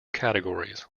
categories